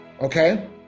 okay